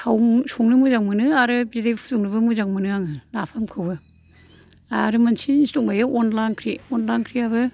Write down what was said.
साव संनो मोजां मोनो आरो बिदै फुदुंनोबो मोजां मोनो आङो नाफामखौबो आरो मोनसे जिनिस दंबावो अनला ओंख्रि अनला ओंख्रियाबो